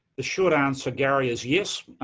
the short answer, gary, is yes.